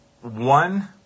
one